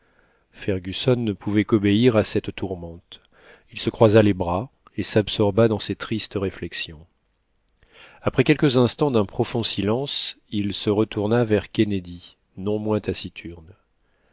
fergusson ne pouvait qu'obéir à cette tourmente il se croisa les bras et s'absorba dans ses tristes réflexions après quelques instants d'un profond silence il se retourna vers kennedy non moins